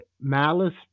Malice